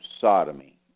sodomy